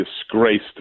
disgraced